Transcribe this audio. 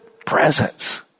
presence